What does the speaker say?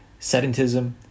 Sedentism